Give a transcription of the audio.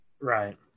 Right